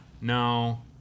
No